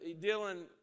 Dylan